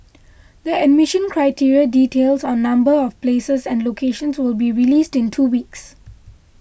the admission criteria details on number of places and locations will be released in two weeks